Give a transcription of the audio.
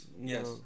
Yes